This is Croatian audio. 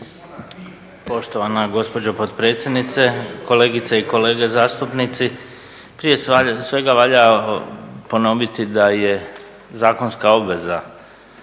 Poštovana gospođo potpredsjednice, kolegice i kolege zastupnici. Prije svega valja ponoviti da je zakonska obveza